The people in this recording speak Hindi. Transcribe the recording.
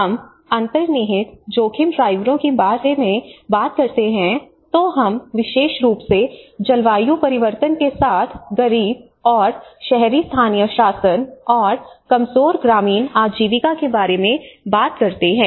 जब हम अंतर्निहित जोखिम ड्राइवरों के बारे में बात करते हैं तो हम विशेष रूप से जलवायु परिवर्तन के साथ गरीब और शहरी स्थानीय शासन और कमजोर ग्रामीण आजीविका के बारे में बात करते हैं